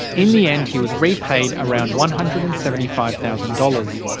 in the end he was re-payed around one hundred and seventy five thousand dollars.